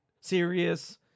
serious